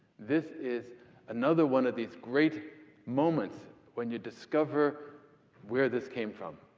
this is another one of these great moments when you discover where this came from.